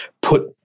put